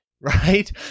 right